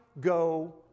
go